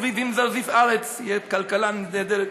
כרביבים זרזיף ארץ" תהיה כלכלה נהדרת,